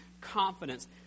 confidence